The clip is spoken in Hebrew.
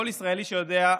וכל ישראלי שיודע,